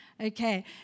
Okay